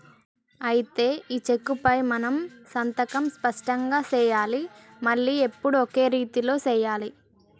అయితే ఈ చెక్కుపై మనం సంతకం స్పష్టంగా సెయ్యాలి మళ్లీ ఎప్పుడు ఒకే రీతిలో సెయ్యాలి